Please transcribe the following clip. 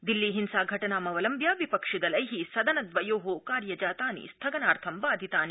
दिल्ली हिंसा घटनामवलम्ब्य विपक्षिदलैः सदनद्वयो कार्यजातानि स्थगनार्थं बाधितानि